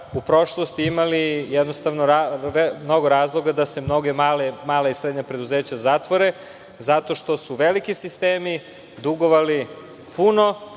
u prošlosti imali mnogo razloga da se mala i srednja preduzeća zatvore zato što su veliki sistemi dugovali puno